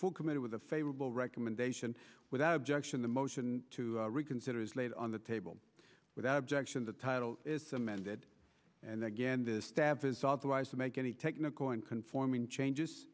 full committee with a favorable recommendation without objection the motion to reconsider is laid on the table without objection the title is amended and again the staff is authorized to make any technical and conforming changes